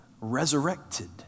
resurrected